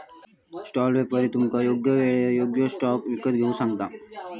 stall व्यापारी तुमका योग्य येळेर योग्य स्टॉक विकत घेऊक सांगता